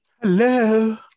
Hello